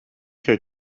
her